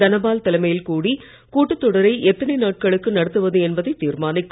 தனபால் தலைமையில் கூட்டத் தொடரை எத்தனை நாட்களுக்கு நடத்துவது என்பதை தீர்மானிக்கும்